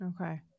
Okay